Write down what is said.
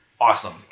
Awesome